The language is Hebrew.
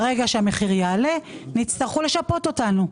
ברגע שהמחיר יעלה הם יצטרכו לשפות אותנו.